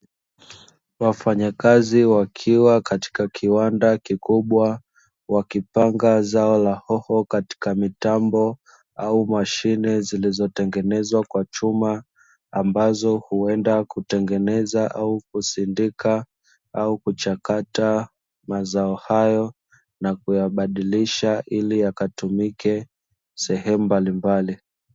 Wafanyakazi wakiwa katika kiwanda kikubwa wakipanga zao la hoho katika mitambo au mashine zilizotengenezwa kwa chuma ambazo huenda kutengeneza au kusindika au kuchakata mazao hayo na kuyabadilisha ili yakatumike sehemu mbalimbali.